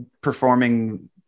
performing